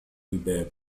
الباب